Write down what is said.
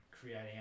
creating